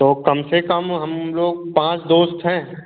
तो कम से कम हम लोग पाँच दोस्त हैं